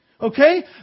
okay